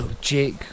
Jake